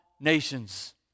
nations